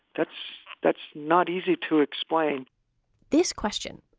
that's that's not easy to explain this question,